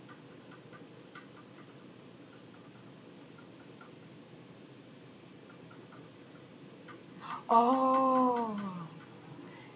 orh